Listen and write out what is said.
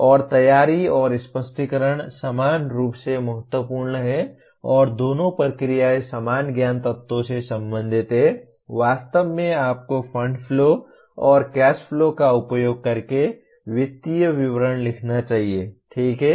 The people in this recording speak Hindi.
और तैयारी और स्पष्टीकरण समान रूप से महत्वपूर्ण हैं और दोनों प्रक्रियाएं समान ज्ञान तत्वों से संबंधित हैं वास्तव में आपको फंड फ्लो और कैश फ्लो का उपयोग करके वित्तीय विवरण लिखना चाहिए ठीक है